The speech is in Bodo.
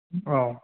औ